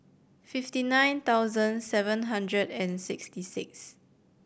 fifty nine thousand seven hundred and sixty six